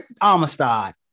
Amistad